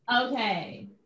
Okay